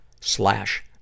slash